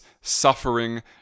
suffering